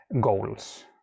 goals